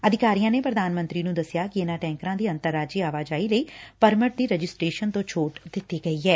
ਅਧਿਕਾਰੀਆਂ ਨੇ ਪੁਧਾਨ ਮੰਡਰੀ ਨੰ ਦਸਿਆ ਕਿ ਇਨੂਾ ਟੈਕਰਾ ਦੀ ਅੰਤਰ ਰਾਜੀ ਆਵਾਜਾਈ ਲਈ ਪਰਮਟ ਦੀ ਰਜਿਸਟਰੇਸ਼ਨ ਤੋਾ ਛੋਟ ਦਿੱਤੀ ਗਈ ਐ